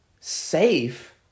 Safe